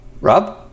Rob